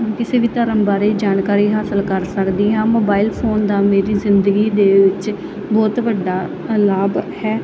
ਕਿਸੇ ਵੀ ਧਰਮ ਬਾਰੇ ਜਾਣਕਾਰੀ ਹਾਸਿਲ ਕਰ ਸਕਦੀ ਹਾਂ ਮੋਬਾਇਲ ਫੋਨ ਦਾ ਮੇਰੀ ਜ਼ਿੰਦਗੀ ਦੇ ਵਿੱਚ ਬਹੁਤ ਵੱਡਾ ਲਾਭ ਹੈ